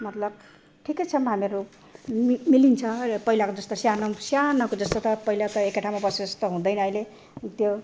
मतलब ठिकै छौँ हामीहरू मि मिलिन्छ र पहिलाको जस्तो सानो पनि सानोको जस्तो त पहिला त एकैठाउँ बसेको जस्तो त हुँदैन अहिले त्यो